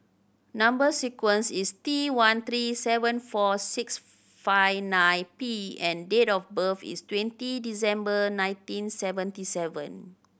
number sequence is T one three seven four six five nine P and date of birth is twenty December nineteen seventy seven